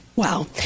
Wow